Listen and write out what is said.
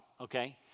okay